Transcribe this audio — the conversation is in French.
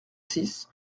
six